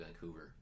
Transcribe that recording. Vancouver